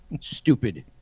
stupid